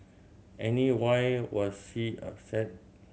any why was C upset